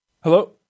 hello